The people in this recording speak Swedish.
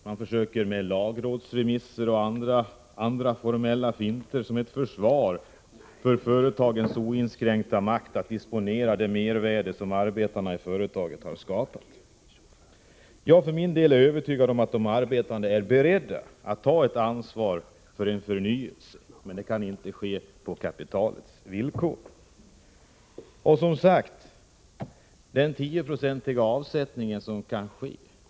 Man tillgriper lagrådsremisser och andra formella finter som ett försvar för företagens oinskränkta makt att disponera det mervärde som arbetarna i företaget har skapat. För min del är jag övertygad om att de arbetande är beredda att ta ett ansvar för en förnyelse, men det kan inte ske på kapitalets villkor. Det är som sagt en 10-procentig avsättning av vinsten som kan ske.